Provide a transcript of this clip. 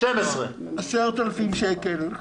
10,000 שקלים.